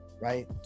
right